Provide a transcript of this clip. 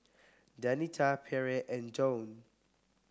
Danita Pierre and Joann